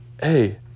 hey